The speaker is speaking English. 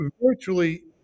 virtually